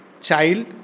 child